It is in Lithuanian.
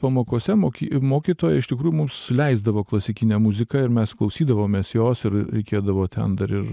pamokose moky mokytoja iš tikrųjų mums leisdavo klasikinę muziką ir mes klausydavomės jos ir reikėdavo ten dar ir